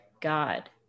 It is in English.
God